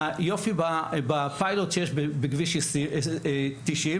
היופי בפיילוט שיש בכביש 90,